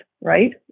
right